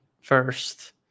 first